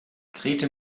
grete